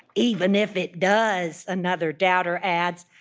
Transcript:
even if it does another doubter adds,